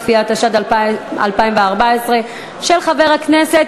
התשע"ד 2014, של חבר הכנסת